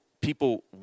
People